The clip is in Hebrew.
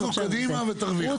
רוצו קדימה ותרוויחו.